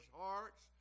hearts